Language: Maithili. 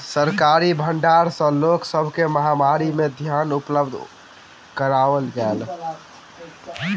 सरकारी भण्डार सॅ लोक सब के महामारी में धान उपलब्ध कराओल गेल